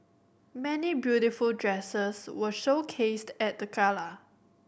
many beautiful dresses were showcased at the gala